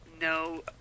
no